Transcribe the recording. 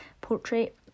portrait